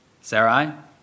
Sarah